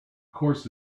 course